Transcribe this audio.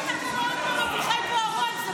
עוד פעם אתה קורא אביחי בוארון?